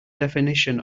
definition